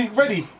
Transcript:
ready